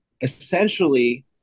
essentially